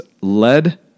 led